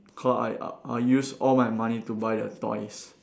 cause I uh I use all my money to buy the toys